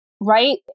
Right